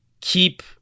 keep